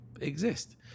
exist